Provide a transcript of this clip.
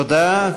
תודה.